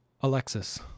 Alexis